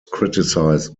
criticized